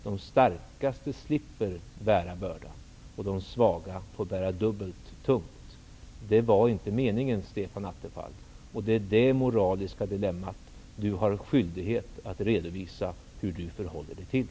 De starkaste slipper bära bördorna, och de svaga får bära dubbelt så mycket. Det var inte meningen, Stefan Attefall. Det är detta moraliska dilemma som Stefan Attefall har skyldighet att redovisa hur han förhåller sig till.